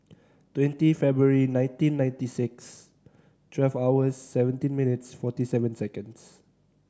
twenty February nineteen ninety six twelve hours seventeen minutes forty seven seconds